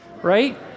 right